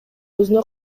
өзүнө